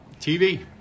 TV